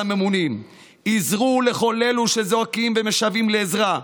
הממונים: עזרו לכל אלו שזועקים ומשוועים לעזרה,